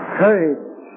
courage